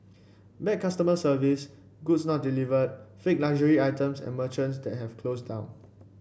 bad customer service goods not delivered fake luxury items and merchants that have closed down